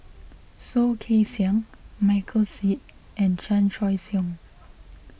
Soh Kay Siang Michael Seet and Chan Choy Siong